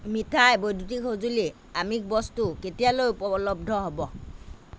মিঠাই বৈদ্যুতিক সঁজুলি আমিষ বস্তু কেতিয়ালৈ উপলব্ধ হ'ব